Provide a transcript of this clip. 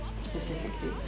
specifically